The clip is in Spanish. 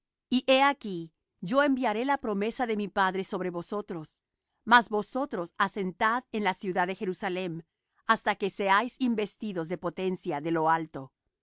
he aquí yo enviaré la promesa de mi padre sobre vosotros mas vosotros asentad en la ciudad de jerusalem hasta que seáis investidos de potencia de lo alto